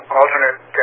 alternate